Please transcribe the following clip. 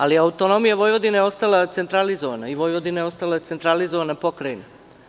Ali, autonomija Vojvodine je ostala centralizovana i Vojvodina je ostala centralizovana pokrajina.